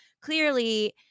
clearly